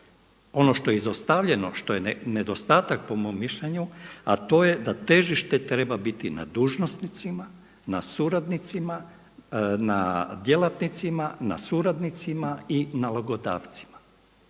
Ono što je izostavljeno, što je nedostatak po mom mišljenju, a to je da težište treba biti na dužnosnicima, na suradnicima, na djelatnicima, na suradnicima i nalogodavcima.